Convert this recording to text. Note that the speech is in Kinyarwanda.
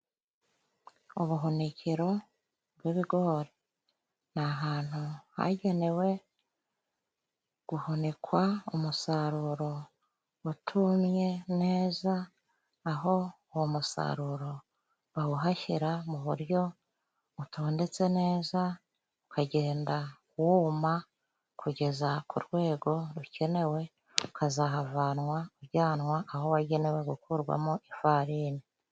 Ubuhunikiro bw'ibigori ni ahantu hagenewe guhunikwa umusaruro utumye neza, aho uwo musaruro bawuhashyira mu buryo butondetse neza, ukagenda wuma kugeza ku rwego rukenewe. Ukazahavanwa ujyanwa aho wagenewe gukurwamo ifarini.